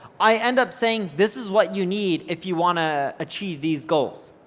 i end up saying, this is what you need if you wanna achieve these goals.